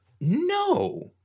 No